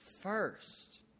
first